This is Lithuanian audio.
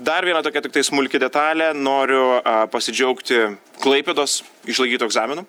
dar viena tokia tiktai smulki detalė noriu pasidžiaugti klaipėdos išlaikytu egzaminu